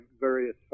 various